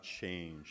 change